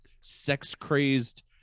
sex-crazed